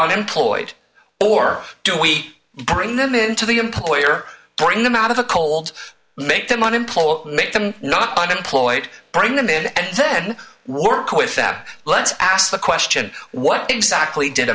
unemployed or do we bring them into the employer bring them out of the cold make them unemployed make them not unemployed bring them in and then work with that let's ask the question what exactly did